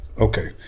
Okay